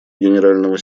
генерального